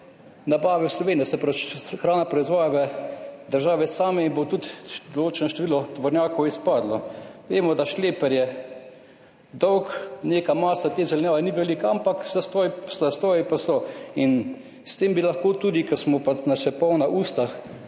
pravi, če se hrana proizvaja v državi sami in bo tudi določeno število tovornjakov izpadlo. Vemo, da šleper je dolg, neka masa te zelenjave ni velika, ampak zastoji pa so. In s tem bi lahko tudi, ker smo, pa nas je polna usta